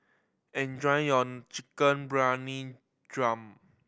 enjoy your Chicken Briyani Dum